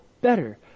better